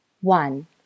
one